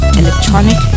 electronic